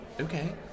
Okay